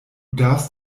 darfst